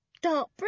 dark